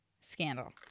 scandal